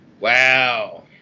Wow